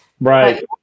Right